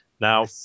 Now